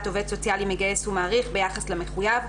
עובד סוציאלי מגייס ומעריך ביחס למחויב,